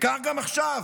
וכך גם עכשיו,